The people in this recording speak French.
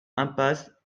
impasse